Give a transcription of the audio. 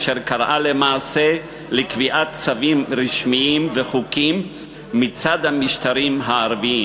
אשר קראה למעשה לקביעת צווים רשמיים וחוקים מצד המשטרים הערביים,